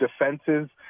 defenses